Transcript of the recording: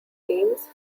themes